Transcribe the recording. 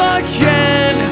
again